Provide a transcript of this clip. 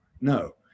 No